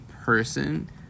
person